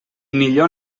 millor